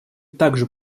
также